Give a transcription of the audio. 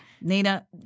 Nina